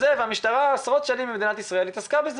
המשטרה במשך עשרות שנים מתעסקת בזה